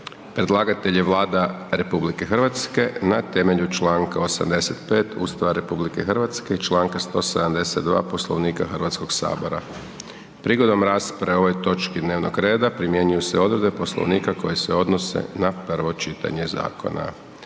Predlagatelj je Vlada RH na temelju Članka 85. Ustava RH i Članka 172. Poslovnika Hrvatskoga sabora. Prigodom rasprave o ovoj točki dnevnog reda primjenjuju se odredbe Poslovnika koje se odnose na prvo čitanje zakona.